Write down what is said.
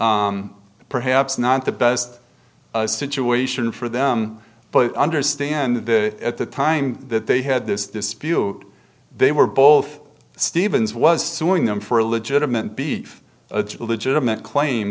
perhaps not the best situation for them but i understand that at the time that they had this dispute they were both stevens was suing them for a legitimate beef a legitimate claim